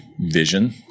vision